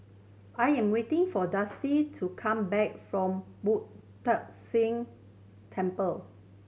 I am waiting for Dusty to come back from Boo Tong San Temple